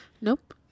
nope